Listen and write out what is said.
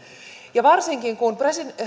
ja varsinkin kun